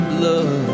love